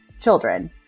children